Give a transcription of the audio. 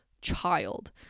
child